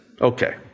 Okay